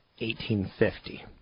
1850